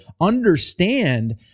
understand